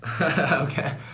okay